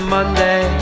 Monday